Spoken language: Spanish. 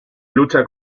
lucha